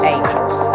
Angels